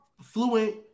fluent